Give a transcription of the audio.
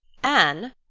anne,